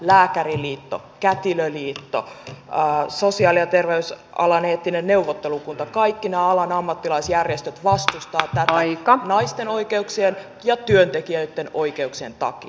lääkäriliitto kätilöliitto sosiaali ja terveysalan eettinen neuvottelukunta kaikki nämä alan ammattilaisjärjestöt vastustavat tätä naisten oikeuksien ja työntekijöitten oikeuksien takia